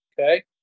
Okay